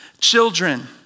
children